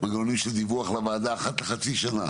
של דיווח לוועדה אחת לחצי שנה